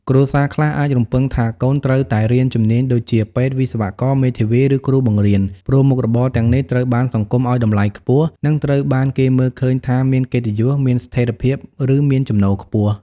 គ្រួសារខ្លះអាចរំពឹងថាកូនត្រូវតែរៀនជំនាញដូចជា ពេទ្យ វិស្វករ មេធាវី ឬគ្រូបង្រៀន ព្រោះមុខរបរទាំងនេះត្រូវបានសង្គមឲ្យតម្លៃខ្ពស់ និងត្រូវបានគេមើលឃើញថាមានកិត្តិយស មានស្ថិរភាព ឬមានចំណូលខ្ពស់។